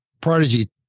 prodigy